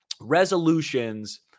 resolutions